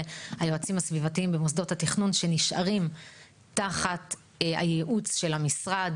היועצים הסביבתיים במוסדות התכנון שנשארים תחת הייעוץ של המשרד,